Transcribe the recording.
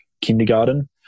kindergarten